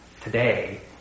today